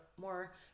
more